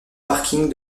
parking